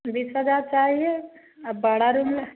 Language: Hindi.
बीस हज़ार चाहिए अब बड़ा रूम